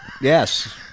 yes